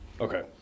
Okay